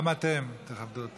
גם אתם תכבדו אותו.